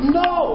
no